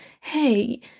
hey